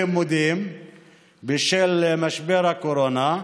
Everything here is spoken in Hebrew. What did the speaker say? כמה חודשים של סיוט בלימודים בשל משבר הקורונה.